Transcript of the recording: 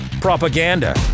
propaganda